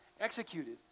executed